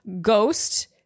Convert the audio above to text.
Ghost